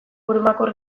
burumakur